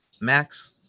max